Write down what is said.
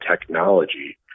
technology